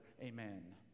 Amen